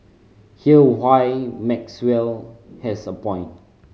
here why Maxwell has a point